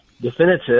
definitive